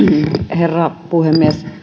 herra puhemies